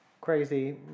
crazy